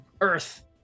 earth